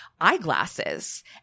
eyeglasses